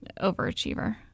overachiever